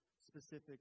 specific